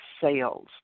sales